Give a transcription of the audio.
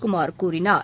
குமார் கூறினார்